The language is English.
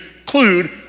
include